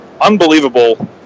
Unbelievable